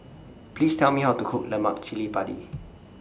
Please Tell Me How to Cook Lemak Cili Padi